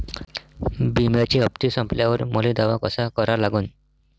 बिम्याचे हप्ते संपल्यावर मले दावा कसा करा लागन?